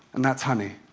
and that's honey.